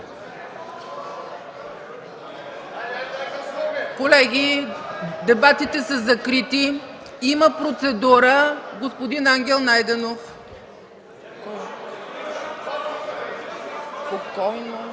Колеги, дебатите са закрити. Има процедура – господин Ангел Найденов. АНГЕЛ